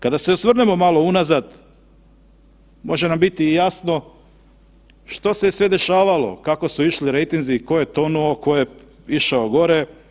Kada se osvrnemo malo unazad može nam biti i jasno što se je sve dešavalo, kako su išli rejtinzi, ko je tonuo, ko je išao gore.